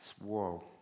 Whoa